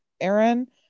Aaron